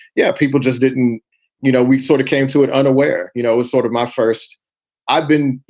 yeah, people just didn't you know, we sort of came to it unaware, you know, it was sort of my first i've been you